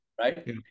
right